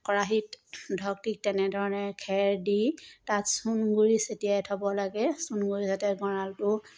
কৰাহিত ধৰক ঠিক তেনেধৰণে খেৰ দি তাত চূণ গুড়ি চেতিয়াই থ'ব লাগে চূণ গুড়ি সতে গঁৰালটো